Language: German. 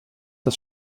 das